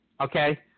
okay